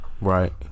Right